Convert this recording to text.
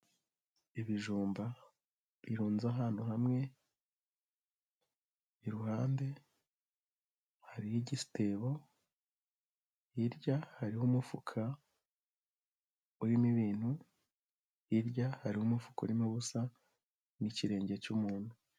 Ibijumba birunnze ahantu hamwe, iruhande hariho igitebo, hirya hariho umufuka urimo ibintu, hirya harimo umufukarimo ubusa n'ikirenge cy'muntu.